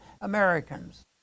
Americans